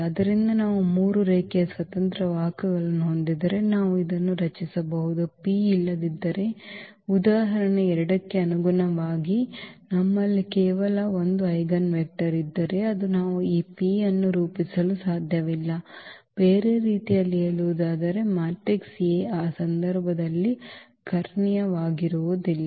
ಆದ್ದರಿಂದ ನಾವು 3 ರೇಖೀಯ ಸ್ವತಂತ್ರ ವಾಹಕಗಳನ್ನು ಹೊಂದಿದ್ದರೆ ನಾವು ಇದನ್ನು ರಚಿಸಬಹುದು P ಇಲ್ಲದಿದ್ದರೆ ಉದಾಹರಣೆಗೆ 2 ಕ್ಕೆ ಅನುಗುಣವಾಗಿ ನಮ್ಮಲ್ಲಿ ಕೇವಲ 1 ಐಜೆನ್ ವೆಕ್ಟರ್ ಇದ್ದರೆ ಅದು ನಾವು ಈ P ಅನ್ನು ರೂಪಿಸಲು ಸಾಧ್ಯವಿಲ್ಲ ಬೇರೆ ರೀತಿಯಲ್ಲಿ ಹೇಳುವುದಾದರೆ ಮ್ಯಾಟ್ರಿಕ್ಸ್ A ಆ ಸಂದರ್ಭದಲ್ಲಿ ಕರ್ಣೀಯವಾಗಿರುವುದಿಲ್ಲ